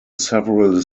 several